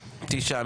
תשעה.